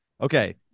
Okay